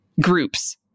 groups